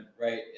right